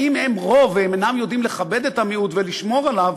ואם הם רוב והם אינם יודעים לכבד את המיעוט ולשמור עליו,